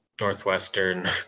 Northwestern